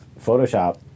Photoshop